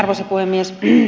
arvoisa puhemies